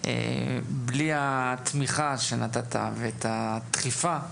בלי התמיכה שנתת ואת הדחיפה,